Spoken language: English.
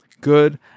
good